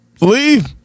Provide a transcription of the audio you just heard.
leave